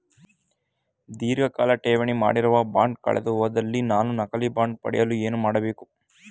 ಧೀರ್ಘಕಾಲ ಠೇವಣಿ ಮಾಡಿರುವ ಬಾಂಡ್ ಕಳೆದುಹೋದಲ್ಲಿ ನಾನು ನಕಲಿ ಬಾಂಡ್ ಪಡೆಯಲು ಏನು ಮಾಡಬೇಕು?